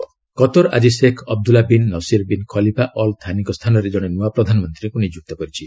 Qatar new PM Qatar ଆଜି Sheikh Abdullah bin Nasser bin Khalifa Al ଥାନିଙ୍କ ସ୍ଥାନରେ ଜଣେ ନୂଆ ପ୍ରଧାନମନ୍ତ୍ରୀଙ୍କୁ ନିଯୁକ୍ତ କରିଛି